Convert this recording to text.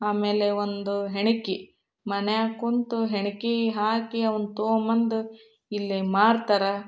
ಆಮೇಲೆ ಒಂದು ಹೆಣಿಗಿ ಮನೆಯಾಗ ಕೂತು ಹೆಣಿಗಿ ಹಾಕಿ ಅವ್ನ ತೊಂಬಂದು ಇಲ್ಲಿ ಮಾರ್ತಾರೆ